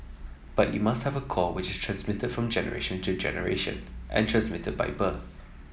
but you must have a core which is transmitted from generation to generation and transmitted by birth